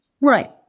Right